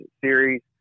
series